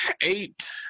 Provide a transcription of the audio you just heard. eight